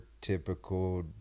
typical